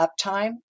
uptime